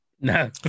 No